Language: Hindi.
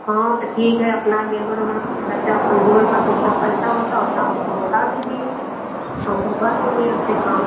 हाँ त ठीक है अपना लेबर ऊबर का खर्चा अपन जोड़कर जितना पैसा होता उतना हमको बता दीजिए हम करवा लेंगे आपसे काम